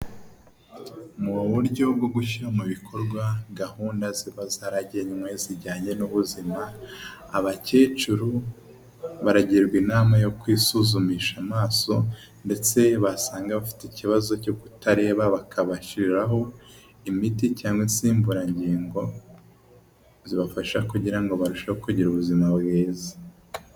Muburyo bwo gushyira mu bikorwa gahunda ziba zaragera nayo zijyanye n'ubuzima abakecuru baragirwa inama yo kwisuzumisha amaso ndetse basanga bafite ikibazo cyo kutareba bakabashyiraho imiti cyangwa insimburangingo zibafasha kugira ngo barushe kugira ubuzima bwiza.